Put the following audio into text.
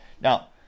Now